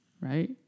right